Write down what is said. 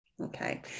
okay